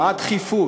מה הדחיפות?